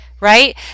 Right